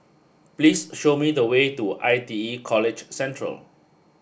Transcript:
please show me the way to I T E College Central